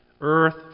Earth